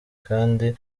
kandi